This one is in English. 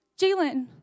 Jalen